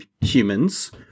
humans